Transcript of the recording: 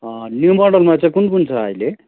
new मोडलमा चाहिँ कुन कुन छ अहिले